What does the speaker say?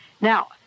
now